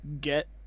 get